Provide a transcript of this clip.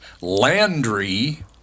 Landry